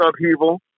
upheaval